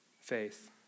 faith